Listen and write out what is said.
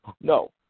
No